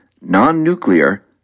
non-nuclear